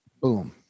Boom